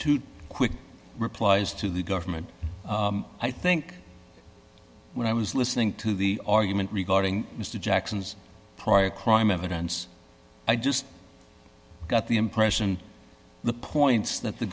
two quick replies to the government i think when i was listening to the argument regarding mr jackson's prior crime evidence i just i got the impression the points that the